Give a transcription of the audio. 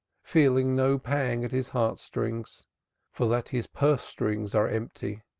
feeling no pang at his heart-strings for that his purse-strings are empty,